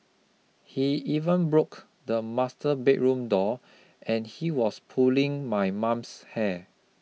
he even broke the master bedroom door and he was pulling my mum's hair